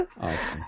awesome